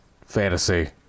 Fantasy